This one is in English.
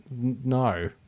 no